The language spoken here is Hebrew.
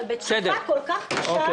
אבל בצורה כל כך קשה,